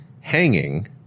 hanging